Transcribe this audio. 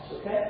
okay